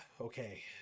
okay